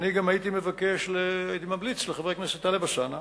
הייתי ממליץ לחבר הכנסת טלב אלסאנע